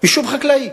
יישוב חקלאי.